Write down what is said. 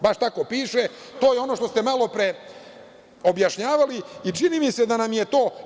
Baš tako piše, to je ono što ste malopre objašnjavali, čini mi se da nam je to.